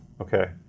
Okay